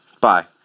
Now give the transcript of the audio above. Bye